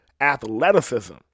athleticism